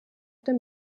dem